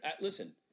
listen